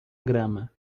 grama